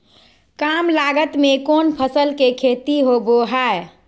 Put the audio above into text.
काम लागत में कौन फसल के खेती होबो हाय?